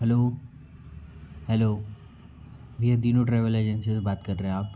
hello hello ये Dinu travel agency से बात कर रहे आप